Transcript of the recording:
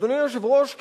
אדוני היושב-ראש,